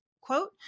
quote